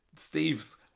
Steve's